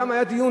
גם היה דיון,